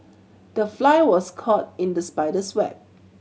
the fly was caught in the spider's web